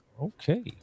Okay